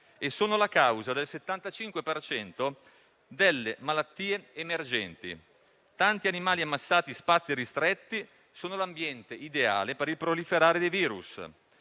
e sono la causa del 75 per cento delle malattie emergenti (tanti animali ammassati in spazi ristretti sono l'ambiente ideale per il proliferare dei *virus*),